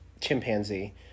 chimpanzee